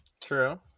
True